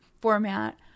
format